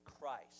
Christ